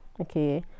Okay